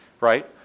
right